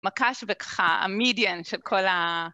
מקש וככה, המדיאן של כל ה...